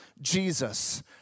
Jesus